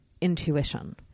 intuition